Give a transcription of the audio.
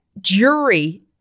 jury